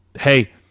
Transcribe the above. Hey